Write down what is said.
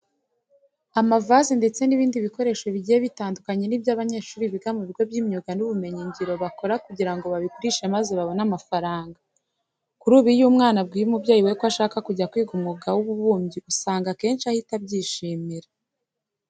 Amavaze ndetse n'ibindi bikoresho bigiye bitandukanye ni byo abanyeshuri biga mu bigo by'imyuga n'ubumenyingiro bakora kugira ngo babigurishe maze babone amafaranga. Kuri ubu, iyo umwana abwiye umubyeyi we ko ashaka kujya kwiga umwuga w'ububumbyi usanga akenshi ahita abyishimira.